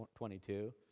22